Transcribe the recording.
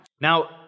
Now